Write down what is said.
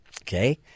Okay